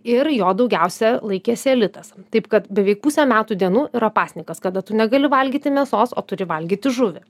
ir jo daugiausia laikėsi elitas taip kad beveik pusė metų dienų yra pasnikas kada tu negali valgyti mėsos o turi valgyti žuvį